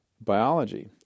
biology